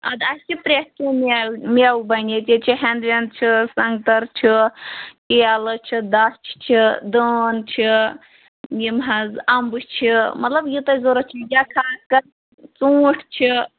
اَدٕ اَسہِ چھِ پرٛٮ۪تھ کیٚنٛہہ مٮ۪وٕ مٮ۪وٕ بَنہِ ییٚتہِ ییٚتہِ چھِ ہٮ۪نٛد وٮ۪نٛد چھِ سنٛگتَر چھِ کیلہٕ چھِ دَچھ چھِ دٲن چھِ یِم حظ اَمبہٕ چھِ مطلب یہِ تۄہہِ ضروٗرت چھُ یا خاص کَر ژوٗنٹھۍ چھِ